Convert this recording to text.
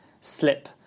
slip